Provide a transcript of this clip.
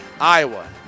Iowa